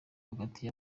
hagati